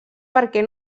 perquè